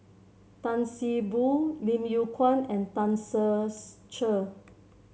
Tan See Boo Lim Yew Kuan and Tan Ser Cher